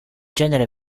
genere